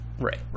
right